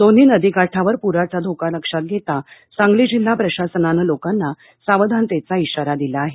दोन्ही नदीकाठावर पुराचा धोका लास्कात घेता सांगली जिल्हा प्रशासनानं लोकांना सावधानतेचा इशारा दिला आहे